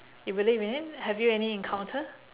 you believe in it have you any encounter